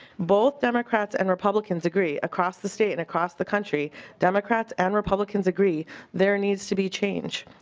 both democrats and republicans agree across the state and across the country democrats and republicans agree there needs to be changed.